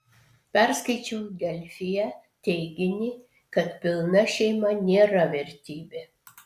perskaičiau delfyje teiginį kad pilna šeima nėra vertybė